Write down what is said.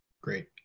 Great